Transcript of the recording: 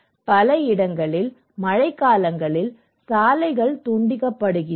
பல இடங்களில் மழைக்காலங்களில் சாலைகள் துண்டிக்கப்படுகின்றன